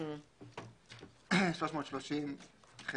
330ח